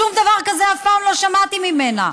שום דבר כזה אף פעם לא שמעתי ממנה.